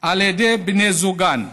בידי בני זוגן.